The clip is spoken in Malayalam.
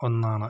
ഒന്നാണ്